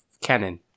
canon